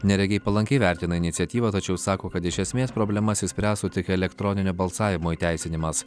neregiai palankiai vertina iniciatyvą tačiau sako kad iš esmės problemas išspręstų tik elektroninio balsavimo įteisinimas